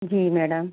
जी madam